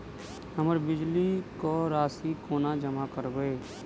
हम बिजली कऽ राशि कोना जमा करबै?